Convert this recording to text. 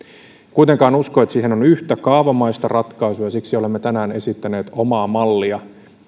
kuitenkaan usko että siihen on yhtä kaavamaista ratkaisua ja siksi olemme tänään esittäneet omaa mallia